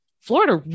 Florida